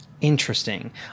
Interesting